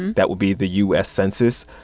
that would be the u s. census.